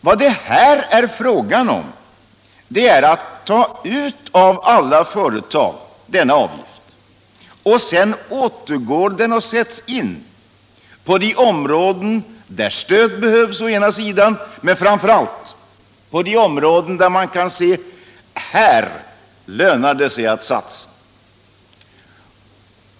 Vad vårt förslag handlar om är att den avgift som tas ut ur alla företag återgår och sätts in på de områden där stöd behövs men framför allt på de områden om vilka man kan säga: Här lönar det sig att satsa!